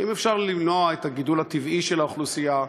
האם אפשר למנוע את הגידול הטבעי של האוכלוסייה,